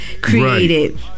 Created